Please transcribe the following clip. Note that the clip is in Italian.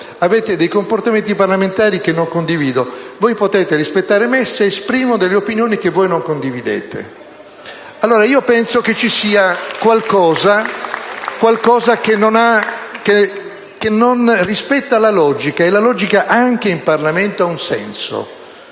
avete dei comportamenti parlamentari che non condivido; voi potete rispettare me se esprimo delle opinioni che non condividete. *(Applausi dai Gruppi* *PD e PdL).* Penso che ci sia qualcosa che non rispetta la logica, e la logica, anche in Parlamento, ha un senso.